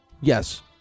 Yes